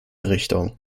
richtung